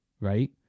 Right